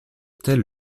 telles